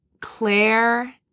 Claire